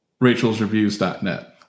rachelsreviews.net